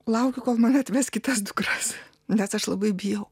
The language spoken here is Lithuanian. laukiu kol mane atves kitas dukras nes aš labai bijau